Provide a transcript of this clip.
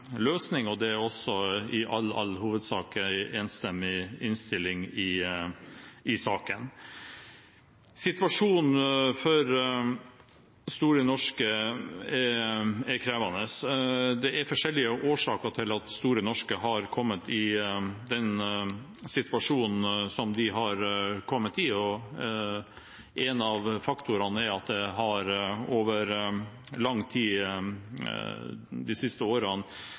løsning, og det er også i all hovedsak en enstemmig innstilling i saken. Situasjonen for Store Norske er krevende. Det er forskjellige årsaker til at Store Norske har kommet i den situasjonen som de har kommet i, og en av faktorene er at det over lang tid de siste årene